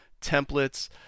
templates